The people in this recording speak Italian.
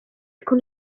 con